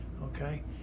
Okay